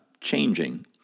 changing